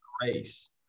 grace